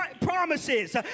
promises